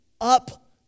up